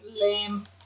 Lame